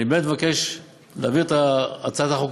אני באמת מבקש להעביר את הצעת החוק